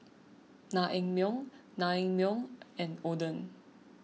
Naengmyeon Naengmyeon and Oden